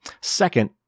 Second